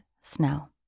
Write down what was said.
snow